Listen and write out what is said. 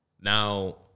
Now